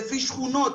לפי שכונות,